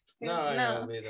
No